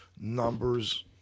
numbers